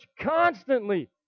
constantly